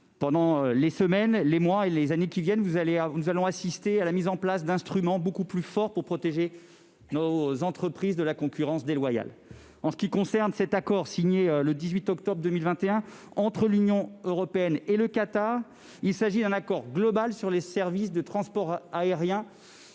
Pendant les semaines, les mois et les années à venir, nous allons assister à la mise en place d'instruments beaucoup plus forts pour protéger nos entreprises de la concurrence déloyale. L'accord signé le 18 octobre 2021 entre l'Union européenne et le Qatar est un accord global sur les services de transport aérien